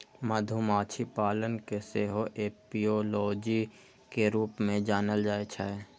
मधुमाछी पालन कें सेहो एपियोलॉजी के रूप मे जानल जाइ छै